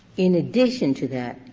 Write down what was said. in addition to that,